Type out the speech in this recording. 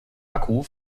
akku